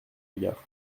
égard